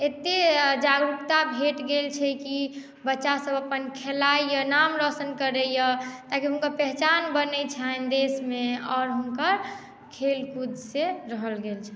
एतेक जागरुकता भेट गेल छै कि बच्चासभ अपन खेलाइए नाम रौशन करैए ताकि हुनकर पहचान बनैत छनि देशमे आओर हुनकर खेल कूदसँ रहल गेल छै